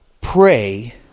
pray